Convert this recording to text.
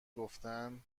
گفتن